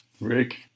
Rick